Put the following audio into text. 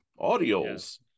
audios